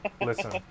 Listen